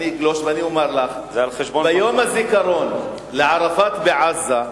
אני אגלוש ואומר לך שביום הזיכרון לערפאת בעזה,